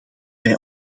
wij